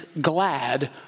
glad